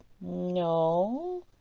no